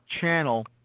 channel